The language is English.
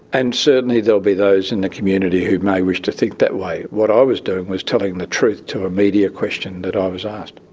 and certainly there will be those in the community who may wish to think that way. what i was doing was telling the truth to a media question that ah i was asked.